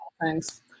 Thanks